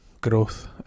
growth